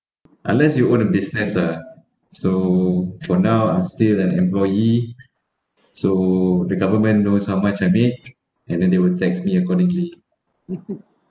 unless you own a business uh so for now I still an employee so the government knows how much I make and then they would tax me accordingly